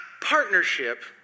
partnership